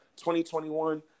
2021